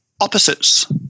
opposites